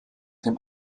dem